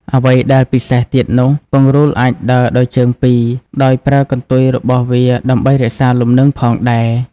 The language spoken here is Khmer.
អ្វីដែលពិសេសទៀតនោះ ពង្រូលអាចដើរដោយជើងពីរ ដោយប្រើកន្ទុយរបស់វាដើម្បីរក្សាលំនឹងផងដែរ។